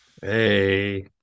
hey